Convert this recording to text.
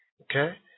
Okay